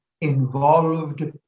involved